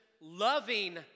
loving